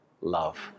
love